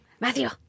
Matthew